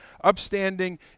upstanding